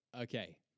Okay